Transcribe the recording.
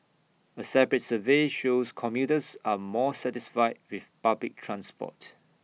A separate survey shows commuters are more satisfied with public transport